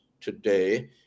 today